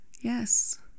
Yes